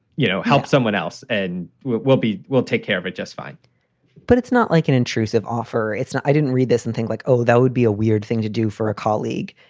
you know, help someone else and we'll we'll be we'll take care of it just fine but it's not like an intrusive offer. it's not i didn't read this and think like, oh, that would be a weird thing to do for a colleague.